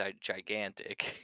gigantic